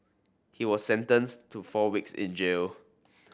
he was sentenced to four weeks in jail